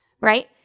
right